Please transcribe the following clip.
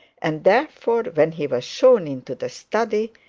and therefore, when he was shown into the study,